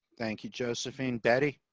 thank you. josephine daddy.